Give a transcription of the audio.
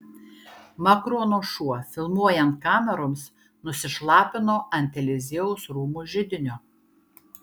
makrono šuo filmuojant kameroms nusišlapino ant eliziejaus rūmų židinio